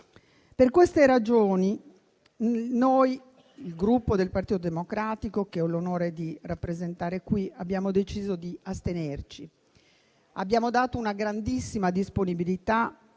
Per queste ragioni, il Gruppo Partito Democratico, che ho l'onore di rappresentare, ha deciso di astenersi. Abbiamo dato una grandissima disponibilità,